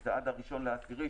שזה עד הראשון באוקטובר,